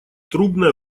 трубная